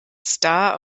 star